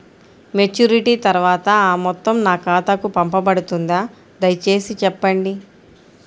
Maturity తర్వాత ఆ మొత్తం నా ఖాతాకు పంపబడుతుందా? దయచేసి చెప్పండి?